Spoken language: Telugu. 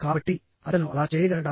కాబట్టి అతను అలా చేయగలడా